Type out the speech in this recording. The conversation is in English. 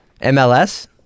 MLS